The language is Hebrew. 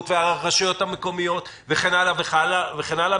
והרשויות המקומיות וכן הלאה וכן הלאה,